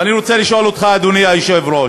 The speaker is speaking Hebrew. ואני רוצה לשאול אותך, אדוני היושב-ראש,